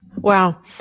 wow